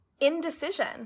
indecision